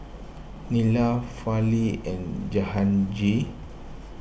Neila Fali and Jahangir